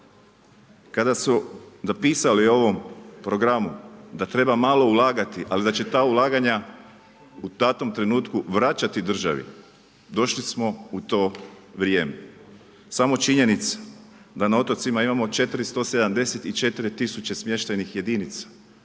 Kada su napisali ovom programu da treba malo ulagati ali da će ta ulaganja u datom trenutku vraćati državi, došli smo u to vrijeme. Samo činjenica da na otocima imamo 4074 smještajnih jedinica